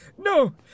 No